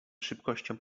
szybkością